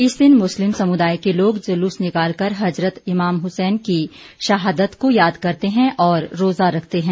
इस दिन मुस्लिम समुदाय के लोग जलूस निकाल कर हज़रत इमाम हसैन की शहादत को याद करते है और रोजा रखते है